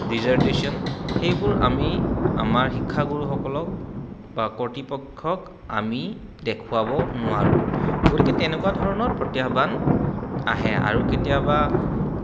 dissertation সেইবোৰ আমি আমাৰ শিক্ষাগুৰুসকলক বা কৰ্তৃপক্ষক আমি দেখুৱাব নোৱাৰোঁ গতিকে তেনেকুৱা ধৰণৰ প্ৰত্যাহ্বান আহে আৰু কেতিয়াবা